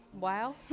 Wow